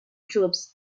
troops